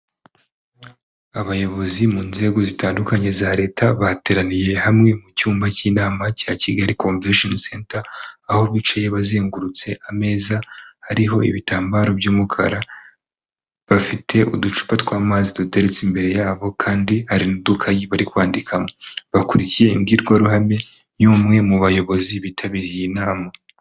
Abayobozi mu nzego zitandukanye za leta bateraniye hamwe mu cyumba cy'inama cya kigali komvesheni senta, aho bicaye bazengurutse ameza hariho ibitambaro by'umukara, bafite uducupa tw'amazi duteretse imbere yabo kandi hari n'udukayi bari kwandika bakurikiye imbwirwaruhame y'umwe mu bayobozi bitabiriye inama.